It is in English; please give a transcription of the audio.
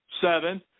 seven